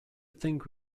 think